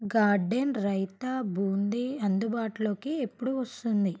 garden raita boondi అందుబాటులోకి ఎప్పుడు వస్తుంది